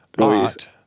Art